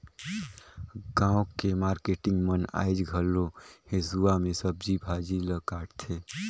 गाँव के मारकेटिंग मन आयज घलो हेसुवा में सब्जी भाजी ल काटथे